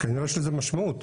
כנראה שאין לזה משמעות.